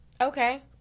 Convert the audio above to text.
Okay